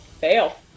Fail